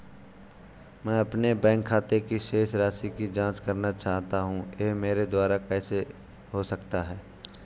मैं अपने बैंक खाते की शेष राशि की जाँच करना चाहता हूँ यह मेरे द्वारा कैसे हो सकता है?